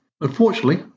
Unfortunately